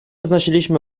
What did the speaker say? znosiliśmy